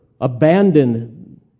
abandoned